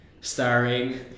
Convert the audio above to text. starring